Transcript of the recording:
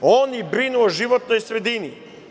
Oni brinu o životnoj sredini.